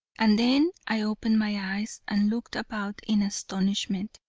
and then i opened my eyes and looked about in astonishment.